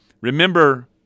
Remember